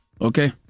okay